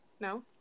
No